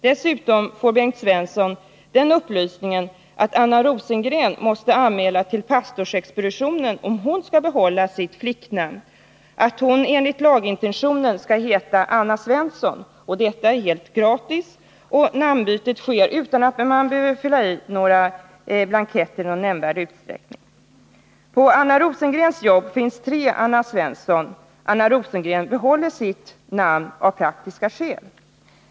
Dessutom får Bengt Svensson den upplysningen att Anna Rosengren, om hon skall behålla sitt flicknamn, måste anmäla det till pastorsexpeditionen. Enligt lagintentionen skall hon heta Anna Svensson. Detta är helt gratis, och Anna Rosengrens namnbyte sker utan att hon behöver fylla i blanketter. På Anna Rosengrens jobb finns tre Anna Svensson. Anna Rosengren behåller sitt namn av praktiska skäl.